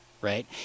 Right